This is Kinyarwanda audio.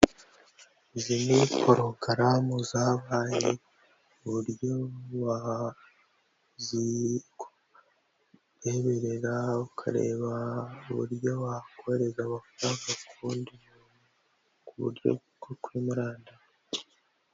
Izi ni porogaramu zabaye uburyo wazireberera, ukareba uburyo wakohereza amafaranga kundi ku buryo bwo kuri murandasi.